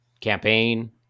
campaign